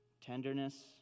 tenderness